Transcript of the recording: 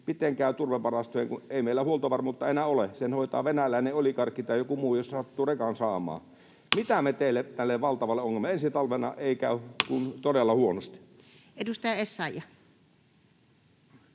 miten käy turvevarastojen, kun ei meillä huoltovarmuutta enää ole? Sen hoitaa venäläinen oligarkki tai joku muu, jos sattuu rekan saamaan. Mitä me teemme tälle valtavalle ongelmalle? Ensi talvena ei käy kuin